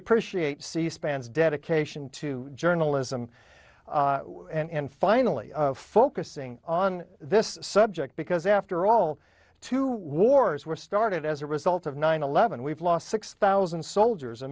appreciate c span is dedication to journalism and finally focusing on this subject because after all two wars were started as a result of nine eleven we've lost six thousand soldiers a